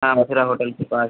हाँ होटल के पास